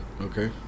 okay